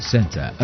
Center